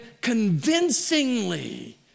convincingly